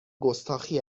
گستاخی